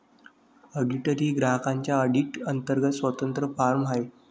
auditor ही ग्राहकांच्या audit अंतर्गत स्वतंत्र फर्म आहे